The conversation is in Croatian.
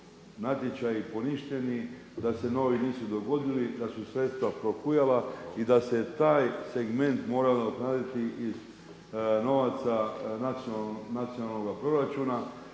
natječaji poništeni da se novi nisu dogodili, da su sredstva prohujala i da se taj segment morao nadoknaditi novaca iz nacionalnoga proračuna